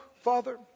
father